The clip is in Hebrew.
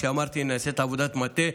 אמרתי שנעשית עבודת מטה.